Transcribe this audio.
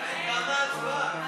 תמה ההצבעה?